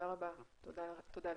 תודה לך.